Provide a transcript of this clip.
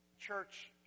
church